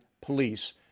police